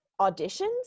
auditions